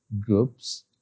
groups